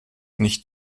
nicht